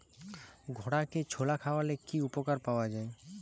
ঘোড়াকে ছোলা খাওয়ালে কি উপকার পাওয়া যায়?